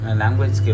language